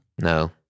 No